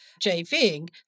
JVing